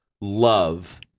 love